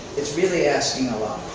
it's really asking a lot.